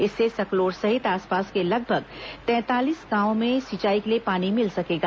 इससे सकलोर सहित आस पास के लगभग तैंतालीस गांवों में सिंचाई के लिए पानी मिल सकेगा